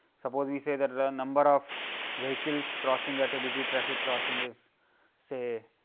suppose, we say that the number of vehicles crossing at a busy traffic crossing is say